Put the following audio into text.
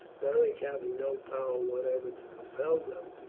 beric having no power whatever to compel them,